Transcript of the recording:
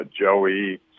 Joey